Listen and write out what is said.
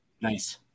Nice